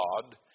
God